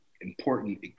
important